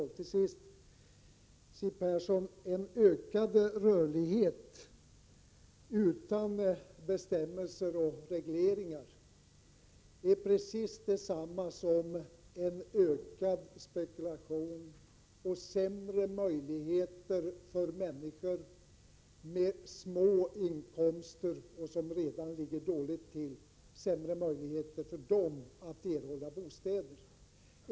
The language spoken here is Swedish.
Låt mig till sist till Siw Persson säga att en ökad rörlighet utan bestämmelser och regleringar är precis detsamma som en ökad spekulation och sämre möjligheter för människor med små inkomster, dvs. människor som redan ligger illa till, att få bostäder.